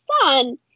son